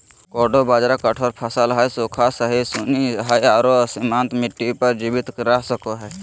कोडो बाजरा कठोर फसल हइ, सूखा, सहिष्णु हइ आरो सीमांत मिट्टी पर जीवित रह सको हइ